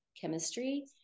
chemistry